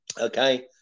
Okay